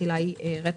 התחילה היא רטרואקטיבית,